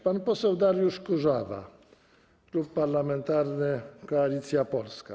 Pan poseł Dariusz Kurzawa, Klub Parlamentarny Koalicja Polska.